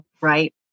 Right